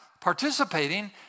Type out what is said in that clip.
participating